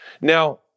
Now